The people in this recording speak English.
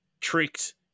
tricked